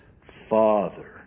father